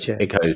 Echo